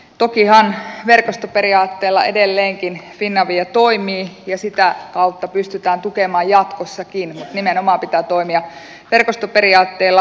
tokihan verkostoperiaatteella edelleenkin finavia toimii ja sitä kautta pystytään tukemaan jatkossakin mutta nimenomaan pitää toimia verkostoperiaatteella